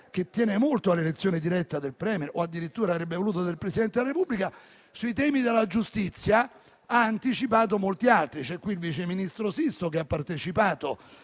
che tiene molto all'elezione diretta del *Premier* o addirittura avrebbe voluto del Presidente della Repubblica, sui temi della giustizia ha anticipato molti altri (c'è qui il vice ministro Sisto, che ha partecipato